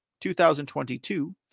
2022